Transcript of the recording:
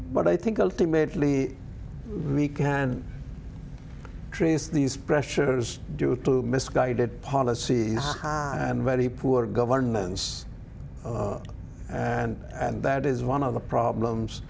but i think ultimately we can trace these pressures due to misguided policy and very poor governments and that is one of the problems